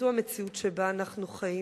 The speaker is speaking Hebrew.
וזו המציאות שבה אנחנו חיים.